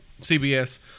CBS